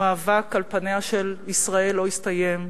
המאבק על פניה של ישראל לא הסתיים,